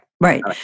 right